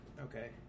Okay